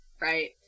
right